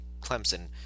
Clemson